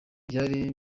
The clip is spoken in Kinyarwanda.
byari